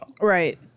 Right